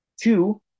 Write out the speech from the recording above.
Two